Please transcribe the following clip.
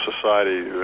society